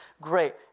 Great